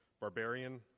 barbarian